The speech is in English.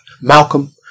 Malcolm